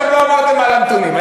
עד עכשיו לא עברתם על הנתונים.